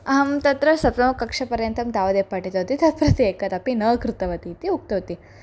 अहं तत्र सप्तमकक्ष्यापर्यन्तं तावदेव पठितवती तत्प्रति एकदापि न कृतवती इति उक्तवती